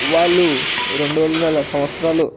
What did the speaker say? వాళ్ళు రెండు వందల సంవత్సరాలు